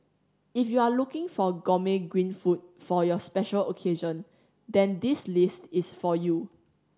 if you are looking for gourmet green food for your special occasion then this list is for you